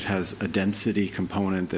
it has a density component